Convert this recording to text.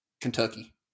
Kentucky